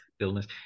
illness